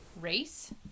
race